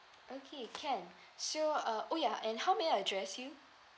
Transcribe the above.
okay can so uh oh ya and how may I address you